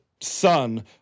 son